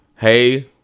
hey